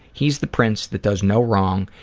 he's the prince that does no wrong,